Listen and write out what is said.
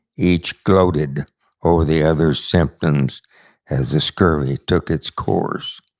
each gloated over the other's symptoms as the scurvy took its course.